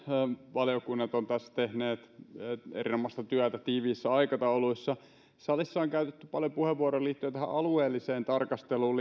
valiokunnat ovat tehneet tässä erinomaista työtä tiiviissä aikataulussa salissa on käytetty paljon puheenvuoroja liittyen tähän alueelliseen tarkasteluun